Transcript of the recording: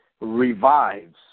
revives